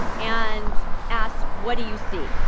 and asks, what do you see?